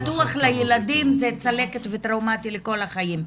בטוח לילדים זה צלקת וטראומטי לכל החיים.